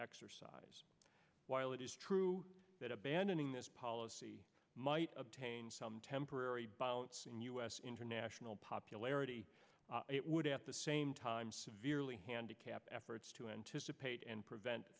exercise while it is true that abandoning this policy might obtain some temporary in us international popularity it would at the same time severely handicapped efforts to anticipate and prevent